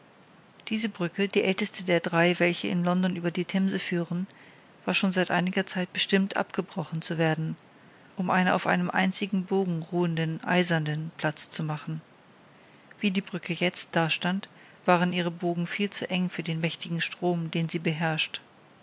diese brücke die älteste der drei welche in london über die themse führen war schon seit einiger zeit bestimmt abgebrochen zu werden um einer auf einem einzigen bogen ruhenden eisernen platz zu machen wie die brücke jetzt dastand waren ihre bogen viel zu eng für den mächtigen strom den sie beherrscht